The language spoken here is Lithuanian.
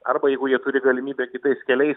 arba jeigu jie turi galimybę kitais keliais